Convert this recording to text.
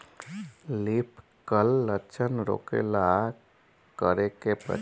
Leaf curl लक्षण रोकेला का करे के परी?